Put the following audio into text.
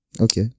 Okay